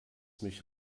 mich